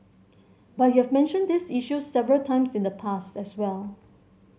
but you've mentioned these issues several times in the past as well